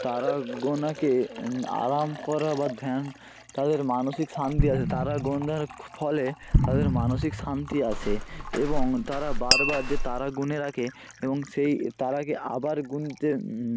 তারা গোনাকে এ আরাম করা বা ধ্যান তাদের মানসিক শান্তি আছে তারা গোনার ফলে তাদের মানসিক শান্তি আসে এবং তারা বারবার যে তারা গুনে রাখে এবং সেই তারাকে আবার গুনতে